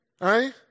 Right